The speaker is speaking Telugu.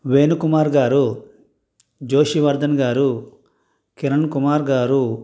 వేణుకుమార్ గారు జోషివర్ధన్ గారు కిరణ్కుమార్ గారు